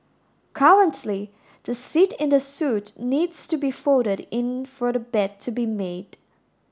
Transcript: currently the seat in the suite needs to be folded in for the bed to be made